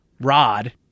rod